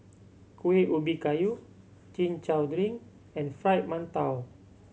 Kuih Ubi Kayu Chin Chow drink and Fried Mantou